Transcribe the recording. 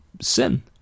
sin